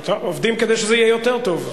עובדים כדי שזה יהיה יותר טוב.